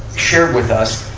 shared with us,